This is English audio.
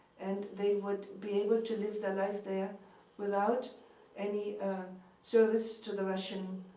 and they would be able to live their life there without any service to the russian